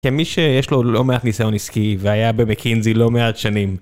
כמי שיש לו לא מעט ניסיון עסקי והיה במקינזי לא מעט שנים.